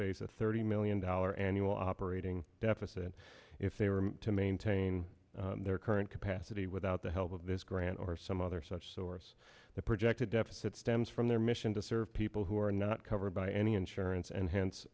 face a thirty million dollar annual operating deficit if they were to maintain their current capacity without the help of this grant or some other such source the projected deficit stems from their mission to serve people who are not covered by any insurance and hence